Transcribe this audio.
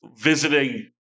visiting